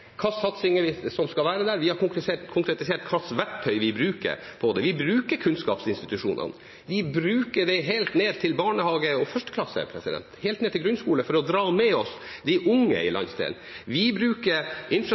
som skal være der, vi har konkretisert hva slags verktøy vi bruker, og vi bruker kunnskapsinstitusjonene. Vi bruker dem helt ned til barnehage og førsteklasse, helt ned til grunnskole, for å dra med oss de unge i landsdelen. Vi bruker